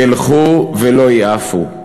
ילכו ולא ייעפו".